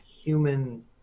human